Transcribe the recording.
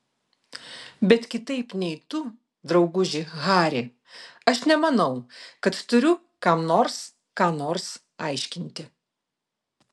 bet kitaip nei tu drauguži hari aš nemanau kad turiu kam nors ką nors aiškinti